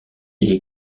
est